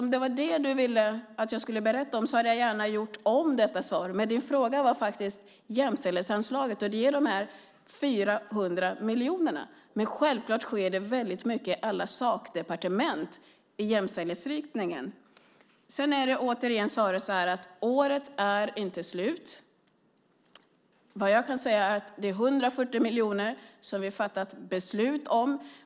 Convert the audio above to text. Om det var vad du ville att jag skulle berätta om hade jag gärna gjort om detta svar. Men din fråga gällde jämställdhetsanslaget, som är de 400 miljonerna. Självklart sker det väldigt mycket i jämställdhetsriktning på alla sakdepartement. Året är inte slut. Vad jag kan säga är att vi har fattat beslut om 140 miljoner.